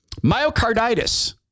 myocarditis